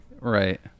Right